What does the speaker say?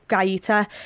Gaeta